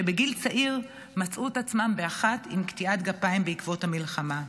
שבגיל צעיר מצאו את עצמם באחת עם קטיעת גפיים בעקבות המלחמה.